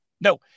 No